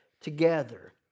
together